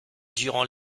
durant